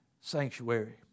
sanctuary